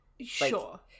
Sure